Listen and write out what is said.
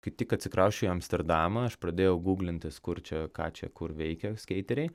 kai tik atsikrausčiau į amsterdamą aš pradėjau guglintis kur čia ką čia kur veikia skeiteriai